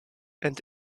and